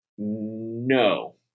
No